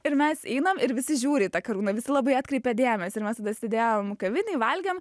ir mes einam ir visi žiūri į tą karūną visi labai atkreipia dėmesį ir mes tada sėdėjom kavinėj valgėm